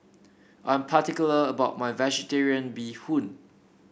I'm particular about my vegetarian Bee Hoon